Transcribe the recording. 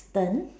turn